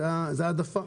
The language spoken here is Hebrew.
זו ההעדפה.